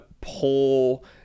pull